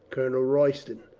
colonel royston.